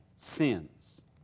Sins